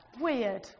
weird